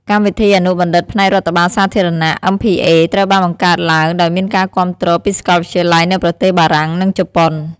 កម្មវិធីអនុបណ្ឌិតផ្នែករដ្ឋបាលសាធារណៈMPA ត្រូវបានបង្កើតឡើងដោយមានការគាំទ្រពីសកលវិទ្យាល័យនៅប្រទេសបារាំង និងជប៉ុន។